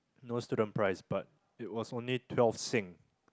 no student price but it was only twelve Sing